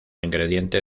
ingrediente